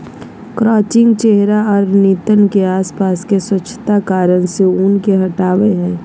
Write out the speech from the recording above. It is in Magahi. क्रचिंग चेहरा आर नितंब के आसपास से स्वच्छता कारण से ऊन के हटावय हइ